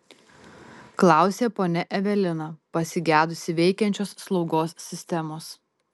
klausė ponia evelina pasigedusi veikiančios slaugos sistemos